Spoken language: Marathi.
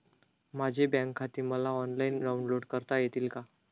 माझे बँक खाते मला ऑनलाईन डाउनलोड करता येईल का?